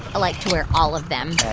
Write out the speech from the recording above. ah like to wear all of them.